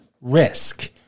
risk